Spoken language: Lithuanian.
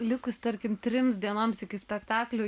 likus tarkim trims dienoms iki spektaklio